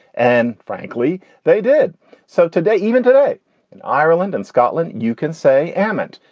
and frankly, they did so today, even today in ireland and scotland. you can say and mut.